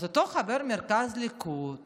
אז אותו חבר מרכז ליכוד